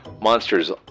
Monsters